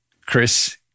Chris